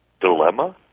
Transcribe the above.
dilemma